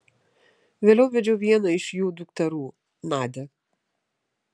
vėliau vedžiau vieną iš jų dukterų nadią